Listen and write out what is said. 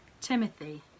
Timothy